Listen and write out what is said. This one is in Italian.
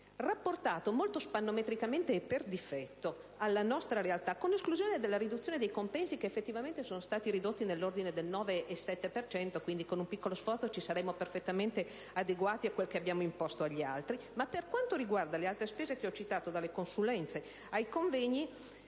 Rapportato molto "spannometricamente", e per difetto, alla nostra realtà, con esclusione della riduzione dei compensi, che effettivamente sono stati ridotti, nell'ordine del 9,7 per cento - con un piccolo sforzo ci saremmo, quindi, perfettamente adeguati a quanto abbiamo imposto agli altri - per quanto riguarda le altre spese che ho citato, dalle consulenze ai convegni,